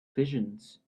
visions